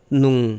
nung